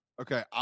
Okay